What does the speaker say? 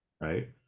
right